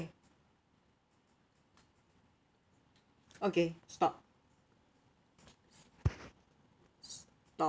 okay stop stop